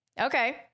okay